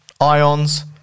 Ions